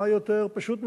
מה יותר פשוט מזה?